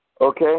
okay